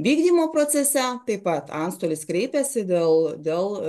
vykdymo procese taip pat antstolis kreipiasi dėl dėl